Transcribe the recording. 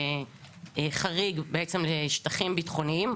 חריג לשטחים ביטחוניים.